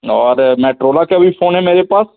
और मैटरोला का भी फ़ोन है मेरे पास